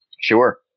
Sure